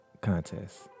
contest